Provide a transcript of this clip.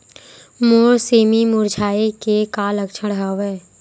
मोर सेमी मुरझाये के का लक्षण हवय?